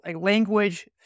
language